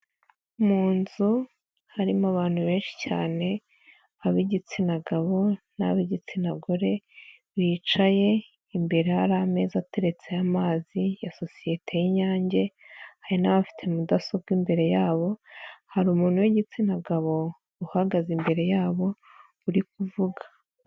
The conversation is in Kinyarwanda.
Mu nzu harimo abantu benshi cyane ab'igitsina gabo n'ab'igitsina gore bicaye, imbere hari ameza ateretse amazi ya sosiyete y'Inyange, hari n'abafite mudasobwa imbere yabo, hari umuntu w'igitsina gabo uhagaze imbere yabo uri kuvuga.